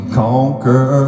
conquer